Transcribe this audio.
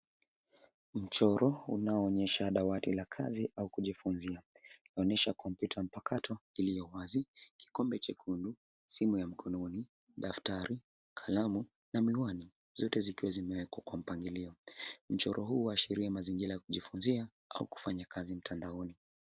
Mchoro unaoonyesha dawati la kazi au kujifunzia. Inaonyesha kompyuta mpakato iliyo wazi, kikombe chekundu, simu ya mkononi, daftari, kalamu na miwani, zote zikiwa zimewekwa kwa mpangilio. Mchoro huu huashiria mazingira ya kujifunzia au kufanya kazi mtandaoni.